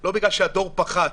לא בגלל שהדור פחת,